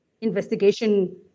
investigation